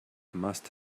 must